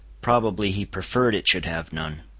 probably he preferred it should have none.